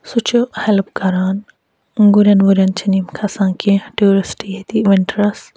سُہ چھُ ہٮ۪لٕپ کران گُرٮ۪ن وُرٮ۪ن چھِنہٕ یِم کھسان کیٚنہہ ٹوٗرِسٹ ییٚتہِ وِنٹَرَس